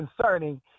concerning